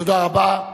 תודה רבה.